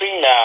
now